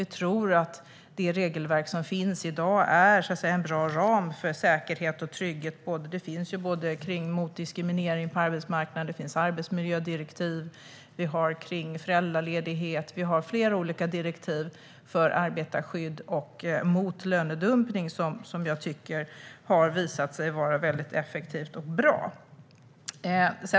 Vi tror att det regelverk som finns i dag är en bra ram för säkerhet och trygghet. Det handlar om diskriminering på arbetsmarknaden. Det finns arbetsmiljödirektiv. Det handlar om föräldraledighet. Vi har flera olika direktiv när det gäller arbetarskydd och lönedumpning. Jag tycker att detta har visat sig vara väldigt effektivt och bra.